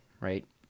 right